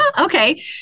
Okay